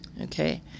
Okay